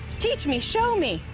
teach me. show me.